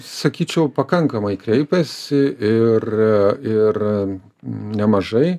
sakyčiau pakankamai kreipiasi ir ir nemažai